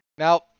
Now